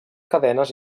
cadenes